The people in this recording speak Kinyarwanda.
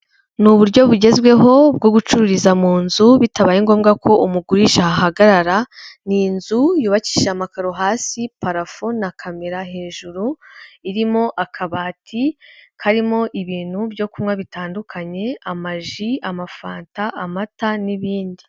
Ni uburyo bugezweho bwo gucururiza mu nzu bitabaye ngombwa ko umugurisha ahahagarara, ni inzu yubakishije amakaro hasi, parafo na kamera hejuru, irimo akabati karimo ibintu byo kunywa bitandukanye: amaji, amafanta, amata n'ibindi.